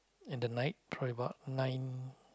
in the night probably about nine